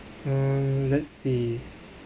um let's see